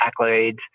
accolades